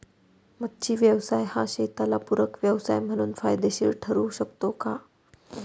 मच्छी व्यवसाय हा शेताला पूरक व्यवसाय म्हणून फायदेशीर ठरु शकतो का?